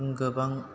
गोबां